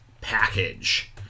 package